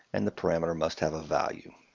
and the parameter must have a value.